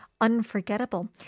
unforgettable